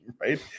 right